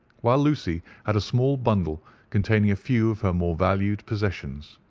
while lucy had a small bundle containing a few of her more valued possessions.